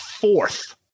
fourth